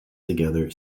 together